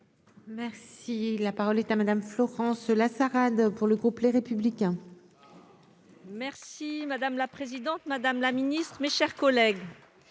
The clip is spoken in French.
Merci, la parole est à Madame Florence là Sarah donc pour le groupe Les Républicains. Merci madame la présidente, Madame la Ministre, mes chers collègues,